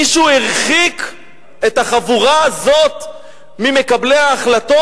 מישהו הרחיק את החבורה הזאת ממקבלי ההחלטות?